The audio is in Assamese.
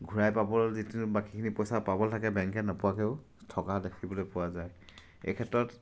ঘূৰাই পাবলৈ যিটো বাকীখিনি পইচা পাবলৈ থাকে বেংকে নোপোৱাকেও থকা দেখিবলৈ পোৱা যায় এই ক্ষেত্ৰত